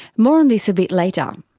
more on this a bit later.